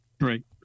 Right